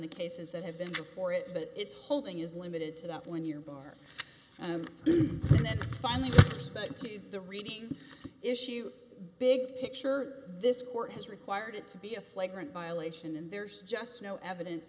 the cases that have been before it but it's holding is limited to that when your bar and then finally to respect to the reading issue big picture this court has required it to be a flagrant violation and there's just no evidence